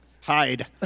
Hide